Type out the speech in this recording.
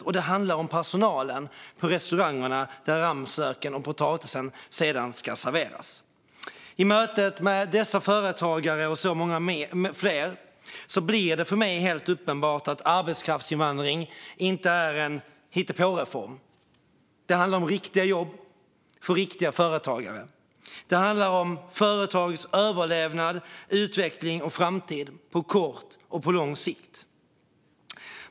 Dessutom handlar det om personalen på restaurangerna där ramslöken och potatisen sedan ska serveras. I mötet med dessa företagare och så många fler blir det för mig helt uppenbart att arbetskraftsinvandring inte är en hittepåreform. Det handlar om riktiga jobb och riktiga företagare. Det handlar om företags överlevnad, utveckling och framtid på kort och lång sikt.